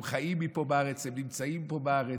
הם חיים פה בארץ, הם נמצאים פה בארץ,